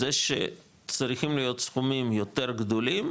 זה שצריכים להיות סכומים יותר גדולים,